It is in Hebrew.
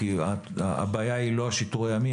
כי הבעיה אינה השיטור הימי,